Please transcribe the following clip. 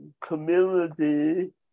community